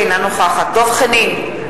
אינה נוכחת דב חנין,